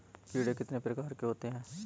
कीड़े कितने प्रकार के होते हैं?